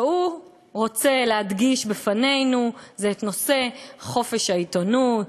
מה שהוא רוצה להדגיש בפנינו זה את נושא חופש העיתונות,